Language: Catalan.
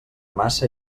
massa